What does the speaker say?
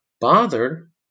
bothered